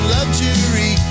Luxury